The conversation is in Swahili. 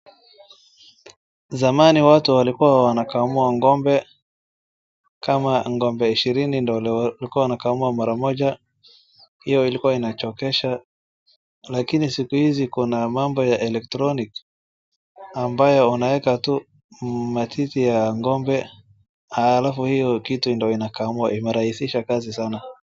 Zamani watu walikuwa wanakamua ng'ombe, kama ng'ombe ishirini ndio walikuwa wanakamua mara moja, hiyo ilikuwa inachokesha lakini siku hizi kwa kuna mambo ya electronic ambayo unaweka tu matiti ya ng'ombe alafu hiyo kitu ndio inakamua, imerahisisha kazi sana.